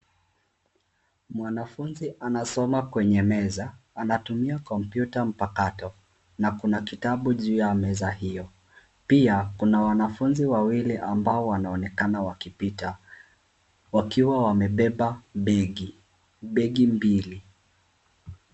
Mwanafunzi anasoma kwenye meza. Anatumia kompyuta mpakato na kuna kitabu juu ya meza hiyo. Pia, kuna wanafunzi wawili ambao wanaonekana wakipita wakiwa wamebeba begi- begi mbili.